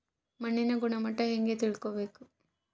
ಮಣ್ಣಿನ ಗುಣಮಟ್ಟ ಹೆಂಗೆ ತಿಳ್ಕೊಬೇಕು?